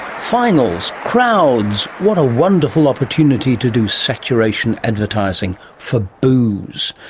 finals, crowds what a wonderful opportunity to do saturation advertising for booze.